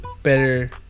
Better